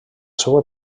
seua